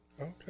okay